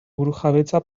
burujabetza